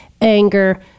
anger